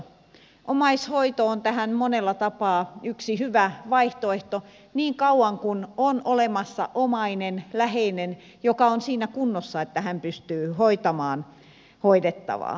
omais hoito on tähän monella tapaa yksi hyvä vaihtoehto niin kauan kuin on olemassa omainen läheinen joka on siinä kunnossa että hän pystyy hoitamaan hoidettavaa